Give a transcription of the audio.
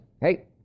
hey